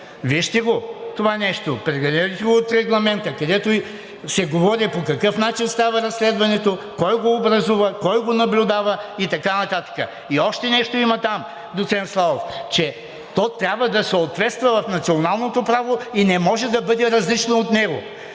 Вижте това нещо, преведете го от Регламента, където се говори по какъв начин става разследването, кой го образува, кой го наблюдава и така нататък. Още нещо има там, доцент Славов – че то трябва да съответства на националното право и не може да бъде различно от него.